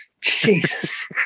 jesus